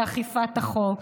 באכיפת החוק,